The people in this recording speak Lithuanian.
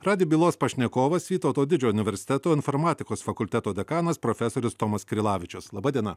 radį bylos pašnekovas vytauto didžiojo universiteto informatikos fakulteto dekanas profesorius tomas krilavičius laba diena